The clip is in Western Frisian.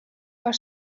foar